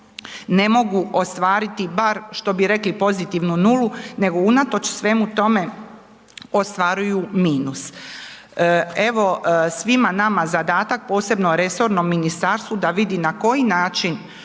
ne mogu ostvariti bar, što bi rekli, pozitivnu nulu, nego unatoč svemu tome ostvaruju minus. Evo, svima nama zadatak, posebno resornom ministarstvu da vidi na koji način